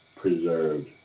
preserved